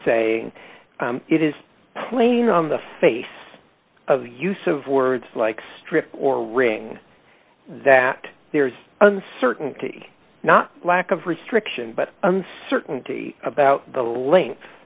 saying it is plain on the face of the use of words like strip or ring that there's uncertainty not lack of restriction but uncertainty about the length